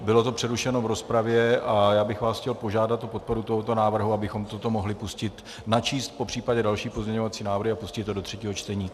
Bylo to přerušeno v rozpravě a já bych vás chtěl požádat o podporu tohoto návrhu, abychom toto mohli pustit, načíst případně další pozměňovací návrhy a pustit to do třetího čtení.